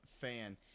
fan